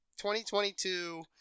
2022